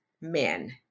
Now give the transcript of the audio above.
men